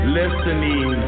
listening